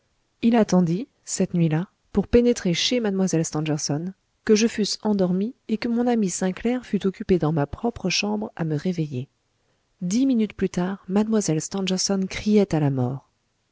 il attendit cette nuitlà pour pénétrer chez mlle stangerson que je fusse endormi et que mon ami sainclair fût occupé dans ma propre chambre à me réveiller dix minutes plus tard mlle stangerson criait à la mort